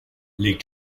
les